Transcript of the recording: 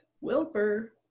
Wilbur